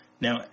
now